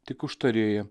tik užtarėja